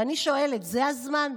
ואני שואלת: זה הזמן?